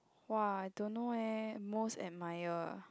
whoa I don't know eh most admire ah